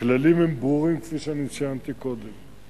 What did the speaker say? הכללים הם ברורים, כפי שציינתי קודם.